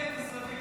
--- של הצבא